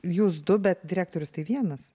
jūs du bet direktorius tai vienas